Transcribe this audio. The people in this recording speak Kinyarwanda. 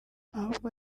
ahubwo